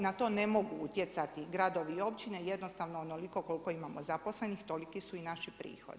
Na to ne mogu utjecati gradovi i općine, jednostavno onoliko koliko imamo zaposlenih, toliko su i naši prihodi.